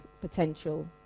potential